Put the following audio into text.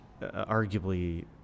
arguably